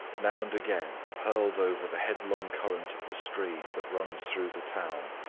now and again, hurled over the headlong current of the stream that runs through the town,